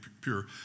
pure